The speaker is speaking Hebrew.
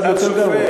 המצב יותר גרוע.